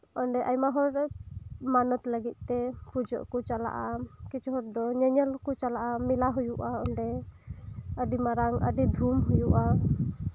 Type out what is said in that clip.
ᱚᱸᱰᱮ ᱟᱭᱢᱟᱦᱚᱲ ᱜᱮ ᱢᱟᱱᱚᱛ ᱞᱟᱹᱜᱤᱫ ᱛᱮ ᱯᱩᱡᱟᱹᱜ ᱠᱚ ᱪᱟᱞᱟᱜᱼᱟ ᱠᱤᱪᱷᱩᱦᱚᱲ ᱫᱚ ᱧᱮᱧᱮᱞ ᱦᱚᱠᱚ ᱪᱟᱞᱟᱜᱼᱟ ᱢᱮᱞᱟᱦᱩᱭᱩᱜᱼᱟ ᱚᱸᱰᱮ ᱟᱹᱰᱤ ᱢᱟᱨᱟᱝ ᱟᱹᱰᱤ ᱫᱷᱩᱢ ᱦᱩᱭᱩᱜᱼᱟ